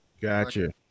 Gotcha